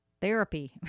therapy